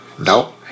No